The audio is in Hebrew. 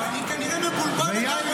אני כנראה מבולבל לגמרי.